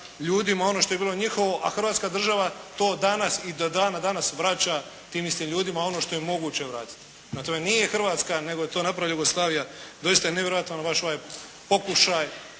ljudima ono što je bilo njihovo, a Hrvatska država to danas i do dana danas vraća tim istim ljudima ono što je moguće vratiti. Prema tome nije Hrvatska, nego je to napravila Jugoslavija. Doista je nevjerojatan ovaj vaš pokušaj